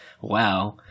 Wow